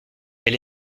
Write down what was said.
elle